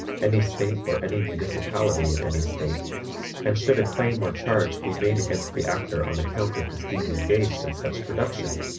any state or any municipality in any state and should a claim or charge be made against the actor on account of his being engaged in such production,